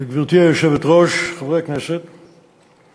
גברתי היושבת-ראש, חברי הכנסת, התשובה